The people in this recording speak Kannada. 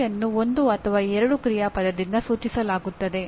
ಈ ರೀತಿಯ ಸಮೀಕ್ಷೆಗಳನ್ನು ಸಾಕಷ್ಟು ಬಾರಿ ಮಾಡಲಾಗಿದೆ